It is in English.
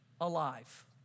alive